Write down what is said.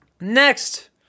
Next